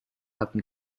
hatten